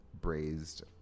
braised